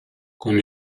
con